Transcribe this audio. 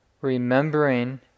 Remembering